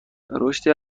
رشدی